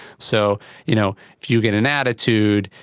so you know if you get an attitude,